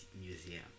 museum